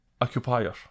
occupier